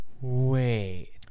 Wait